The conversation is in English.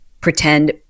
pretend